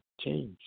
change